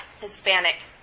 Hispanic